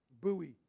buoy